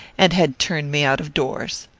and had turned me out of doors.